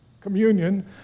communion